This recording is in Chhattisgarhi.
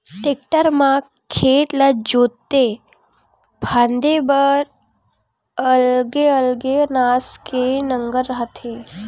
टेक्टर म खेत ला जोते फांदे बर अलगे अलगे नास के नांगर आथे